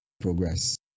progress